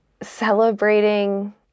celebrating